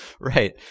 Right